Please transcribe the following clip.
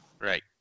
right